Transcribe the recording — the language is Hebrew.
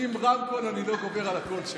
עם רמקול אני לא גובר על הקול שלה.